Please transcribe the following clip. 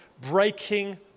breaking